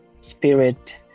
spirit